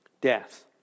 death